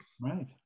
Right